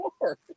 more